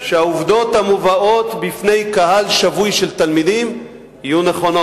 שהעובדות המובאות בפני קהל שבוי של תלמידים יהיו נכונות.